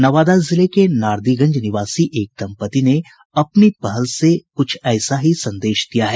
नवादा जिले के नारदीगंज निवासी एक दंपति ने अपनी पहल से कुछ ऐसा ही संदेश दिया है